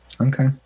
Okay